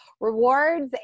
rewards